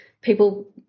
people